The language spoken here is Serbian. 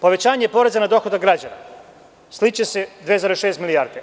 Povećanje poreza na dohodak građana - sliće se 2,6 milijarde.